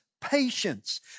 patience